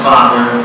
Father